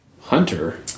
Hunter